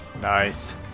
Nice